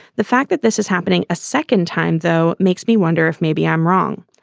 the fact that this is happening a second time though, makes me wonder if maybe i'm wrong.